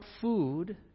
food